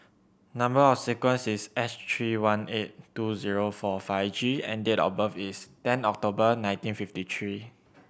number or sequence is S three one eight two zero four five G and date of birth is ten October nineteen fifty three